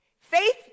Faith